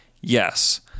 yes